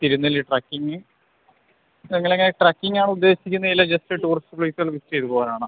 Thirunelli trekking നിങ്ങൾ എങ്ങനെ trekking ആണോ ഉദ്ദേശിക്കുന്നത് അല്ലെങ്കിൽ ജസ്റ്റ് ടൂറിസ്റ്റ് പ്ലേസുകൾ വിസിറ്റ് ചെയ്ത് പോകാനാണോ